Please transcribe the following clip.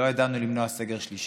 לא ידענו למנוע סגר שלישי,